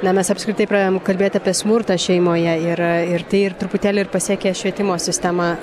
na mes apskritai pradedam kalbėti apie smurtą šeimoje yra ir tai ir truputėlį ir pasiekė švietimo sistemą